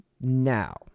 Now